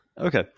Okay